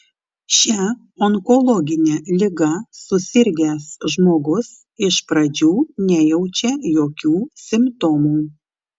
šia onkologine liga susirgęs žmogus iš pradžių nejaučia jokių simptomų